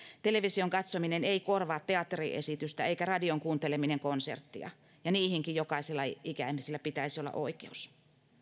television katsominen ei korvaa teatteriesitystä eikä radion kuunteleminen konserttia ja niihinkin jokaisella ikäihmisellä pitäisi olla oikeus